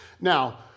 Now